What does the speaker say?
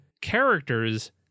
characters